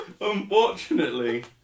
unfortunately